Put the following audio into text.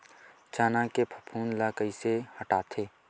चना के फफूंद ल कइसे हटाथे?